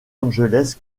angeles